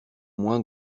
moins